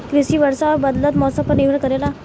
कृषि वर्षा और बदलत मौसम पर निर्भर करेला